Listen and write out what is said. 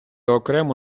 окрему